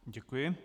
Děkuji.